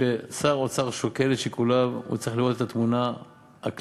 כששר האוצר שוקל את שיקוליו הוא צריך לראות את התמונה הכללית